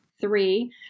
three